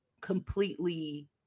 completely